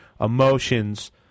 emotions